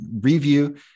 review